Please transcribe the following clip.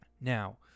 Now